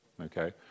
okay